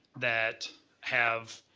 that have